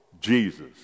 Jesus